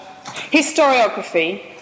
historiography